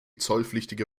zollpflichtige